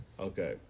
Okay